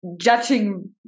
judging